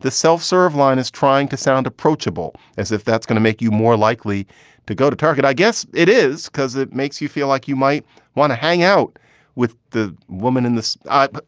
the self-serve line is trying to sound approachable, as if that's going to make you more likely to go to target. i guess it is, because it makes you feel like you might want to hang out with the woman in the